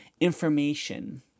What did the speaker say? information